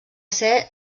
ser